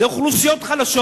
אלה אוכלוסיות חלשות,